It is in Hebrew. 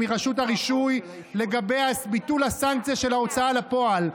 מרשות הרישוי לגבי ביטול הסנקציה של ההוצאה לפועל.